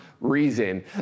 reason